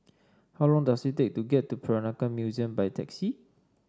how long does it take to get to Peranakan Museum by taxi